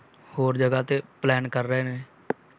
ਹੋਰ ਜਗ੍ਹਾ 'ਤੇ ਪਲੈਨ ਕਰ ਰਹੇ ਨੇ